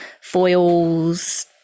Foils